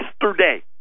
yesterday